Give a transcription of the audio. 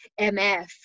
MF